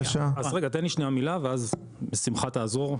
אז רגע תן לי שניה מילה, ואז בשמחה תעזור.